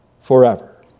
forever